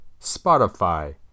Spotify